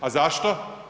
A zašto?